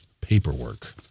paperwork